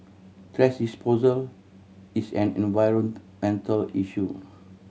thrash disposal is an environmental issue